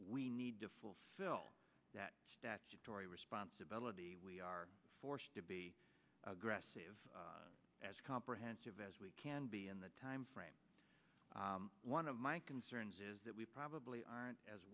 we need to fulfill that statutory responsibility we are forced to be aggressive as comprehensive as we can be in the timeframe one of my concerns is that we probably aren't as